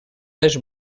les